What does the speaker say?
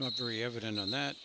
not very evident on that